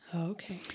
Okay